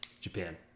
Japan